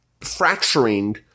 fracturing